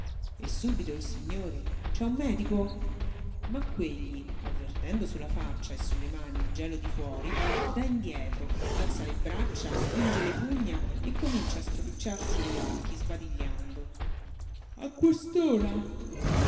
subito subito il signore c'è un medico ma quegli avvertendo sulla sulla faccia e sulle sulle mani il gelo di fuori dà indietro alza le braccia stringe le pugna e comincia a stropicciarsi gli occhi sbadigliando